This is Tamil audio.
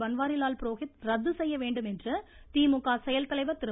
பன்வாரிலால் புரோஹித் ரத்து செய்ய வேண்டும் என்று திமுக செயல்தலைவர் திரு